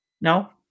No